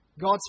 God's